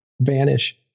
vanish